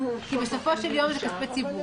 כי בסופו של יום זה כספי ציבור.